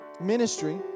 ministry